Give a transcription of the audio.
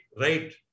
right